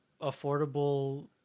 affordable